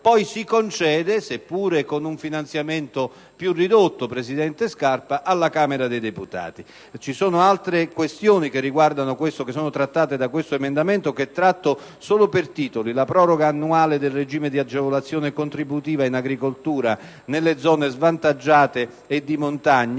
poi si concede, seppure con un finanziamento più ridotto, presidente Scarpa Bonazza Buora, alla Camera dei deputati. Ci sono altre questioni affrontate dall'emendamento 2.246 che tratto solo per titoli: la proroga annuale del regime di agevolazione contributiva in agricoltura nelle zone svantaggiate e di montagna;